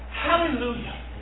Hallelujah